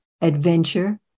adventure